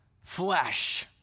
flesh